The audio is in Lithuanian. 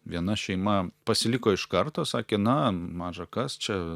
viena šeima pasiliko iš karto sakė na maža kas čia